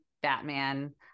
Batman